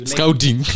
Scouting